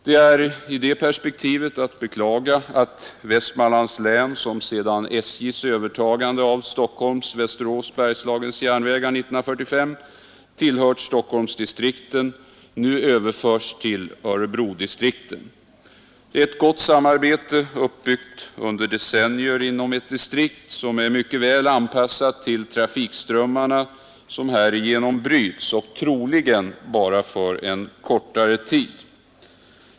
Det är i det perspektivet att beklaga att Västmanlands län, som sedan SJ:s övertagande av Stockholm-Västerås-Bergslagens järnvägar 1945 tillhört Stockholmsdistrikten, nu överförs till Örebrodistrikten. Det är ett gott samarbete uppbyggt under decennier inom ett distrikt, som är mycket väl anpassat till trafikströmmarna som härigenom bryts och troligen bara för en kortare tid.